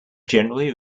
generally